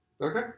Okay